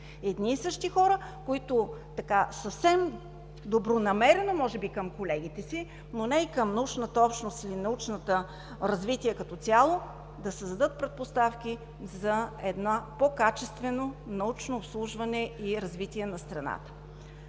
едни и същи хора, които съвсем добронамерено, може би към колегите си, но не и към научната общност или научното развитие като цяло, да създадат предпоставки за по-качествено научно обслужване и развитие на страната.